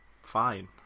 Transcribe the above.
fine